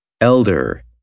elder